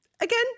Again